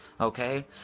Okay